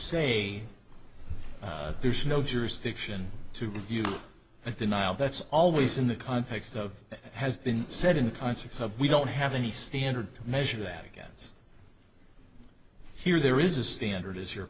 say there's no jurisdiction to you and denial that's always in the context of has been said in concert so we don't have any standard measure that against here there is a standard is your